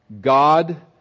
God